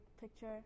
picture